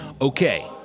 Okay